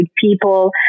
people